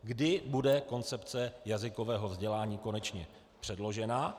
Kdy bude koncepce jazykového vzdělání konečně předložena?